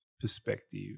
perspective